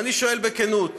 ואני שואל בכנות: